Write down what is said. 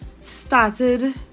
started